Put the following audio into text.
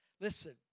Listen